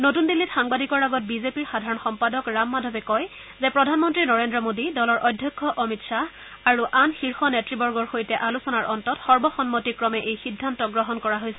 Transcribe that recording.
নতুন দিল্লীত সাংবাদিকৰ আগত বিজেপিৰ সাধাৰণ সম্পাদক ৰাম মাধৱে কয় যে প্ৰধানমন্ত্ৰী নৰেন্দ্ৰ মোদী দলৰ অধ্যক্ষ অমিত খাহ আৰু আন শীৰ্ষ নেতৃবৰ্গৰ সৈতে আলোচনাৰ অন্তত সৰ্বসন্মতিক্ৰমে এই সিদ্ধান্ত গ্ৰহণ কৰা হৈছে